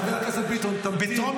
חבר הכנסת ביטון, תמתין.